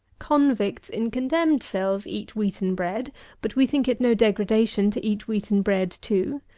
convicts in condemned cells eat wheaten bread but we think it no degradation to eat wheaten bread, too.